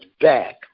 back